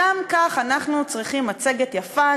כך גם אנחנו צריכים מצגת יפה,